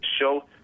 show